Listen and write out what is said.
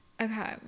Okay